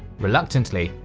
reluctantly,